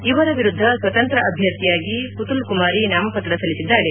ಇವರ ವಿರುದ್ದ ಸ್ವತಂತ್ರ ಅಭ್ವರ್ಥಿಯಾಗಿ ಮತುಲ್ ಕುಮಾರಿ ನಾಮಪತ್ರ ಸಲ್ಲಿಸಿದ್ದಾರೆ